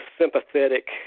sympathetic